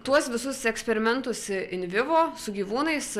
tuos visus eksperimentus invivo su gyvūnais